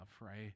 right